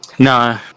No